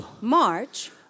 March